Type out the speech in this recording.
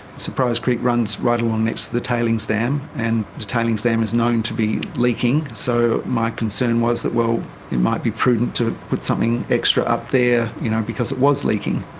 surprise creek runs right along next to the tailings dam, and the tailings dam is known to be leaking, so my concern was it might be prudent to put something extra up there because it was leaking.